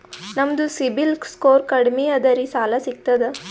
ನಮ್ದು ಸಿಬಿಲ್ ಸ್ಕೋರ್ ಕಡಿಮಿ ಅದರಿ ಸಾಲಾ ಸಿಗ್ತದ?